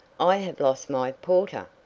i have lost my porter!